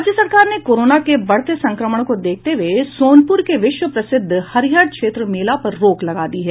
राज्य सरकार ने कोरोना के बढ़ते संक्रमण को देखते हुए सोनपुर के विश्व प्रसिद्ध हरिहर क्षेत्र मेला पर रोक लगा दी है